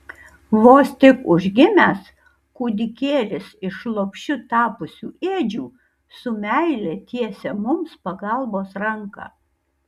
vos tik užgimęs kūdikėlis iš lopšiu tapusių ėdžių su meile tiesia mums pagalbos ranką